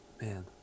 Man